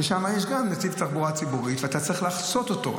שם יש גם נתיב תחבורה ציבורית ואתה צריך לחצות אותו.